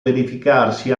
verificarsi